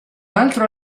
altro